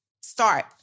start